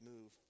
move